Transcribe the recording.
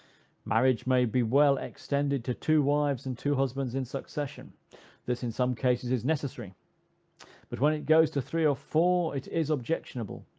marriage may be well extended to two wives and two husbands in succession this, in some cases, is necessary but when it goes to three or four it is objectionable.